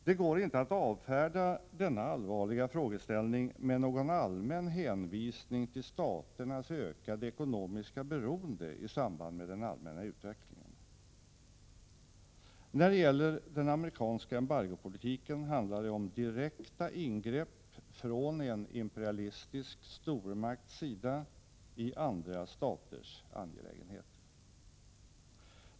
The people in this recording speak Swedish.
Det går inte att avfärda denna allvarliga frågeställning med någon allmän hänvisning till staternas ökade ekonomiska beroende i samband med den allmänna utvecklingen. När det gäller den amerikanska embargopolitiken handlar det om direkta ingrepp från en imperialistisk stormakts sida i andra staters angelägenheter.